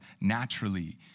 naturally